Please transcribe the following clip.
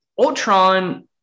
Ultron